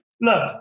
look